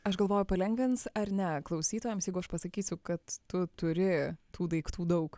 aš galvoju palengvins ar ne klausytojams jeigu aš pasakysiu kad tu turi tų daiktų daug